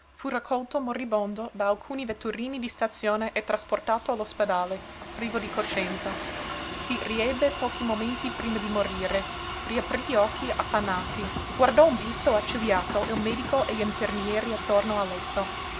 fu raccolto moribondo da alcuni vetturini di stazione e trasportato all'ospedale privo di conoscenza si riebbe pochi momenti prima di morire riaprí gli occhi appannati guardò un pezzo accigliato il medico e gli infermieri attorno al letto